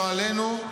לא עלינו,